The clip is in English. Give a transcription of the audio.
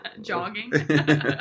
Jogging